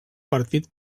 partit